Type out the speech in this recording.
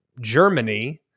Germany